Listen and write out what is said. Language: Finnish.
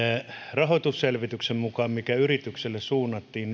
rahoitusselvityksen mukaan mikä yrityksille suunnattiin